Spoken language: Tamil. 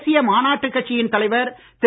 தேசிய மாநாட்டுக் கட்சியின் தலைவர் திரு